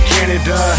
Canada